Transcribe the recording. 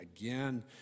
again